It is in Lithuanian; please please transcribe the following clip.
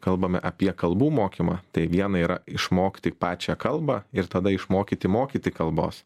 kalbame apie kalbų mokymą tai viena yra išmokti pačią kalbą ir tada išmokyti mokyti kalbos